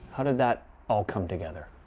how did that all come together?